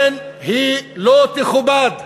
אדוני היושב-ראש, הוא לא יגיד לי "תסתמי את הפה".